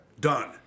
Done